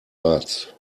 arzt